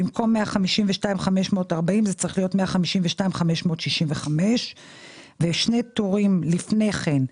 במקום 152,540 זה צריך להיות 152,565. שני טורים לפני כן,